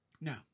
no